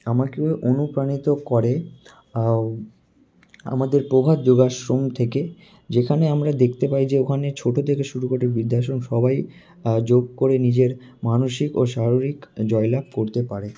আমাকেও অনুপ্রাণিত করে আমাদের প্রভাত যোগাশ্রম থেকে যেখানে আমরা দেকতে পাই যে ওখানে ছোটো থেকে শুরু করে বৃদ্ধাশ্রম সবাই যোগ করে নিজের মানসিক ও শারীরিক জয়লাভ করতে পারে